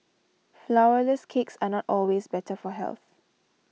Flourless Cakes are not always better for health